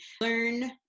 learn